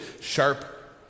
sharp